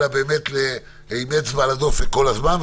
וצריך להיות עם אצבע על הדופק כל הזמן.